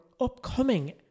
upcoming